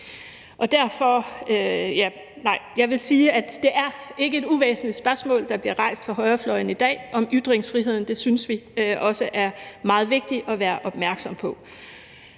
derfor. Jeg vil sige, at det ikke er et uvæsentligt spørgsmål, der bliver rejst fra højrefløjen i dag om ytringsfriheden. Det synes vi også er meget vigtigt at være opmærksom på.